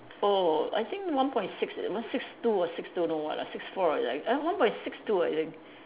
oh I think one point six one six two or six two don't know what ah six four or like uh one point six two I think